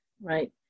right